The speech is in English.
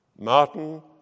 Martin